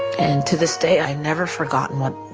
and to this day i never forgot and